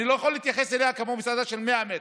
אני לא יכול להתייחס אליה כמו למסעדה של 100 מטר.